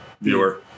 viewer